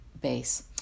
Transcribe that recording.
base